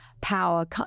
power